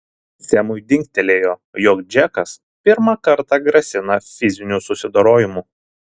semui dingtelėjo jog džekas pirmą kartą grasina fiziniu susidorojimu